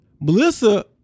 Melissa